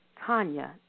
Tanya